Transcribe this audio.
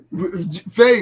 faith